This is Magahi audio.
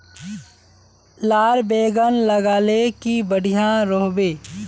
लार बैगन लगाले की बढ़िया रोहबे?